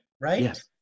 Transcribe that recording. right